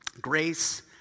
Grace